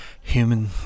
human